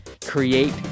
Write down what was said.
create